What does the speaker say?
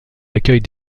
accueille